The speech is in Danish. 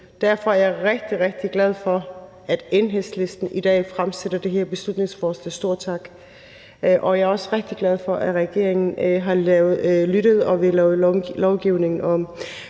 Derfor er jeg rigtig, rigtig glad for, at Enhedslisten i dag fremsætter det her beslutningsforslag, så stor tak for det, og jeg er også rigtig glad for, at regeringen har lyttet og vil lave lovgivningen om.